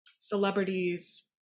celebrities